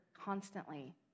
constantly